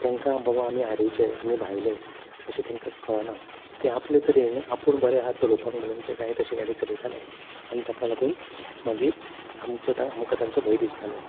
तांकां वा आमी आडीचे आमी भायले अशे तांकां कळना ते आपले तरेन आपूण बरे आसा चलोवपाक म्हणून आपल्या जाय तशें गाडी चलयताले आनी ताका लागून मागीर आम आमकां तांचो भंय दिसतालो